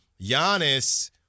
Giannis